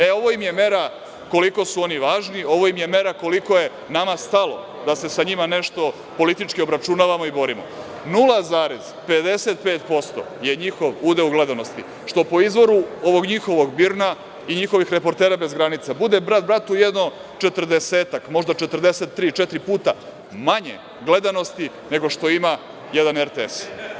E, ovo im je mera koliko su oni važni, ovo im je mera koliko je nama stalo da se sa njima nešto politički obračunavamo i borimo, 0,55% je njihov udeo u gledanosti, što po izvoru ovog njihovog BIRN-a, i njihovih reportera bez granica, bude brat bratu jedno četrdesetak, možda 43, četiri puta manje gledanosti nego što ima jedan RTS.